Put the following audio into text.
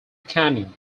canyon